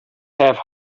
have